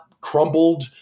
crumbled